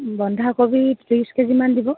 বন্ধাকবি ত্ৰিছ কেজিমান দিব